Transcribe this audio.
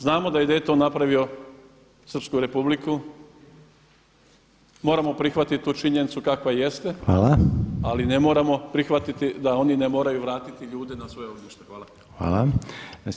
Znamo da je Dayton napravio Srpsku Republiku, moramo prihvatiti tu činjenicu kakva jeste ali ne moramo prihvatiti da oni ne moraju vratiti ljude na svoje ognjište.